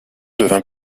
devint